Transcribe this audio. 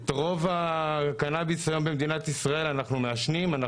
את רוב הקנאביס היום במדינת ישראל אנחנו מעשנים,